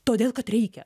todėl kad reikia